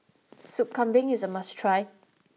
Sop Kambing is a must try